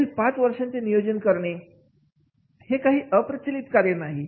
पुढील पाच वर्षांचे नियोजन करणेहे काही अप्रचलित कार्य नाही